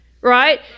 right